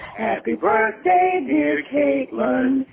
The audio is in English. happy birthday dear caitlyn.